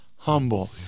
humble